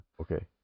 Okay